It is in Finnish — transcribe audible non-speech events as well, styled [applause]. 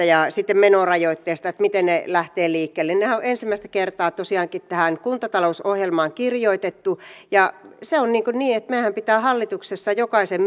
[unintelligible] ja sitten menorajoitteesta miten ne lähtevät liikkeelle nehän on ensimmäistä kertaa tosiaankin tähän kuntatalousohjelmaan kirjoitettu ja se on niin että meidänhän pitää hallituksessa jokaisen [unintelligible]